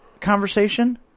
conversation